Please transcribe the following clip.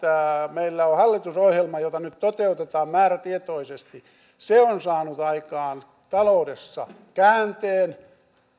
meillä on hallitusohjelma jota nyt toteutetaan määrätietoisesti on saanut aikaan taloudessa käänteen